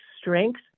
strength